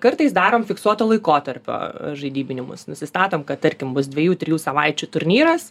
kartais darom fiksuoto laikotarpio žaidybinimus nusistatom kad tarkim bus dviejų trijų savaičių turnyras